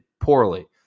poorly